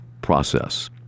process